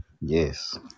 Yes